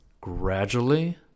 gradually